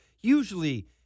usually